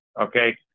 okay